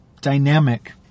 dynamic